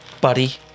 buddy